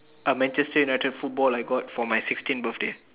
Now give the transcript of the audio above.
Manchester United football I got for my sixteen birthday